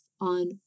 on